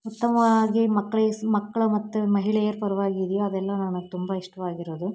ಉತ್ತಮವಾಗಿ ಮಕ್ಳ ಮಕ್ಕಳ ಮತ್ತು ಮಹಿಳೆಯರ ಪರವಾಗಿದ್ಯೋ ಅದೆಲ್ಲ ನನಗೆ ತುಂಬ ಇಷ್ಟವಾಗಿರೋದು